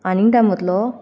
आनी टायम वतलो